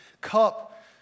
cup